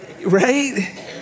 right